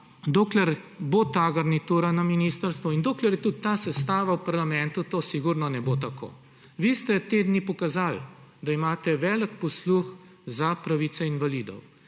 dokler bo ta garnitura na ministrstvu in dokler je tudi ta sestava v parlamentu, sigurno ne bo tako. Vi ste te dni pokazali, da imate velik posluh za pravice invalidov: